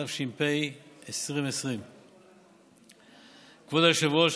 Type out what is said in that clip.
התש"ף 2020. כבוד היושב-ראש,